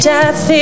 Death